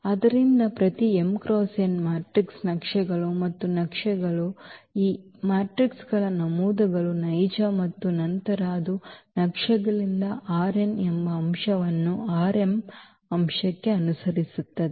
ಆದ್ದರಿಂದ ಪ್ರತಿ m × n matrix ನಕ್ಷೆಗಳು ಮತ್ತು ನಕ್ಷೆಗಳು ಮತ್ತು ಈ ಮ್ಯಾಟ್ರಿಕ್ಗಳ ನಮೂದುಗಳು ನೈಜ ಮತ್ತು ನಂತರ ಅದು ನಕ್ಷೆಗಳಿಂದ ಎಂಬ ಅಂಶವನ್ನು ಅಂಶಕ್ಕೆ ಅನುಸರಿಸುತ್ತದೆ